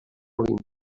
olímpic